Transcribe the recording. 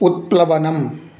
उत्प्लवनम्